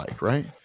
right